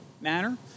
manner